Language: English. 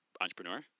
entrepreneur